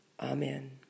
Amen